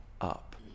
up